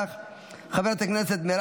חברת הכנסת מיכל